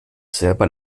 selber